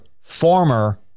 former